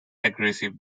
aggressive